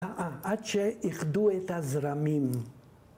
‫עד שאיחדו את הזרמים.